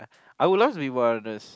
I would love to be one of those